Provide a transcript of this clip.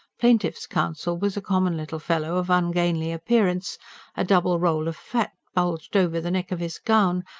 plaintiff's counsel was a common little fellow of ungainly appearance a double toll of fat bulged over the neck of his gown,